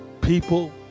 people